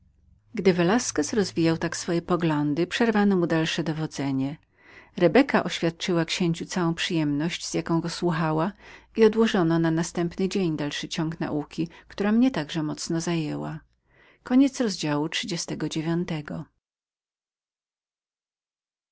gdy velasquez rozwijał tak swoje pojęcia przerwano mu dalsze dowodzenie rebeka oświadczyła księciu całą przyjemność z jaką go słuchała i odłożono na następny dzień dalszy ciąg nauki która mnie także mocno zajmowała